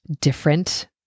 different